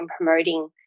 promoting